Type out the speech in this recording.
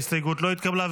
ההסתייגות לא התקבלה.